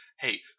hey